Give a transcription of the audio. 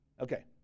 okay